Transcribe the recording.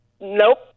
Nope